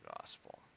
gospel